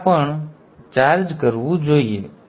તેથી આ પણ આને ચાર્જ કરવું જોઈએ